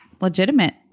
legitimate